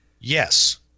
yes